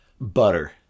Butter